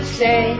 say